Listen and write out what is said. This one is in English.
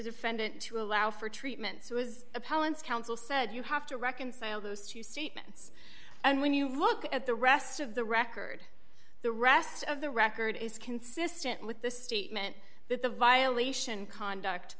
defendant to allow for treatment so as appellants counsel said you have to reconcile those two statements and when you look at the rest of the record the rest of the record is consistent with the statement that the violation conduct